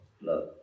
love